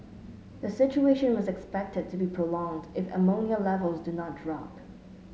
the situation was expected to be prolonged if ammonia Levels do not drop